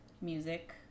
music